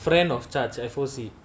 friend of charge F_O_C